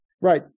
Right